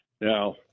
Now